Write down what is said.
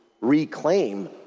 reclaim